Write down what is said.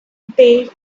they